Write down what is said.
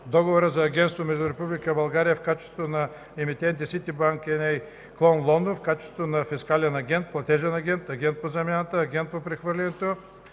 Договора за агентство между Република България в качеството на Емитент и Ситибанк Н.А., клон Лондон, в качеството на Фискален агент, Платежен агент, Агент по замяната, Агент по прехвърлянето